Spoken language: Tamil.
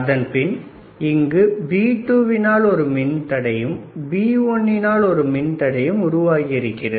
அதன்பின்பு இங்கு B2வினால் ஒரு மின்தடையும் B1வினால் ஒரு மின்தடையும் உருவாகி இருக்கிறது